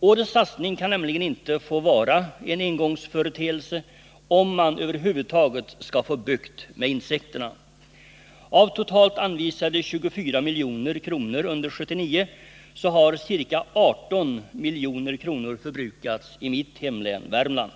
Årets satsning kan nämligen inte få vara en engångsföreteelse, om man över huvud taget skall få bukt med insekterna. Av totalt anvisade 24 milj.kr. under 1979 har ca 18 milj.kr. förbrukats i mitt hemlän Värmland.